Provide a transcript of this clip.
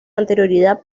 anterioridad